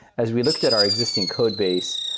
as we looked at our existing codebase,